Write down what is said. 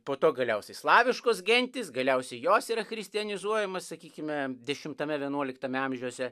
po to galiausiai slaviškos gentys galiausiai jos yra christianizuojamos sakykime dešimtame vienuoliktame amžiuose